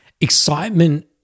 excitement